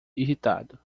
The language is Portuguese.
irritado